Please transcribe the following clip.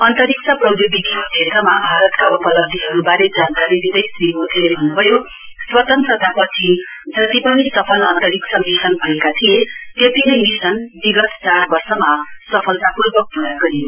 अन्तरिक्ष प्रौधोगिकीको क्षेत्रमा भारतका उपलब्धीहरुवारे जानकारी दिँदै श्री मोदीले भन्नुभयो स्वतन्त्रतापछि जति पनि सफल अन्तरिक्ष मिशन भएका थिए त्यत्ति नै मिशन विगत चार वर्षमा सफलतापूर्वक पूरा गरियो